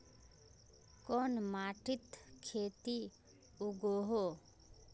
कोन माटित खेती उगोहो?